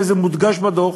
וזה מודגש בדוח.